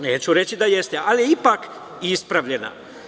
Neću reći da jeste, ali je ipak i ispravljena.